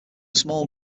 small